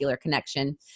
connection